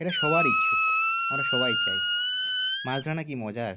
এটা সবারই ইচ্ছুক আমরা সবাই চাই মাছ ধরা নাকি মজার